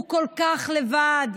הוא כל כך לבד.